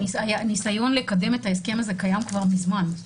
הניסיון לקדם את ההסכם הזה קיים כבר מזמן.